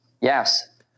Yes